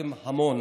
הקרבתם המון